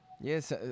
Yes